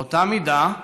באותה מידה,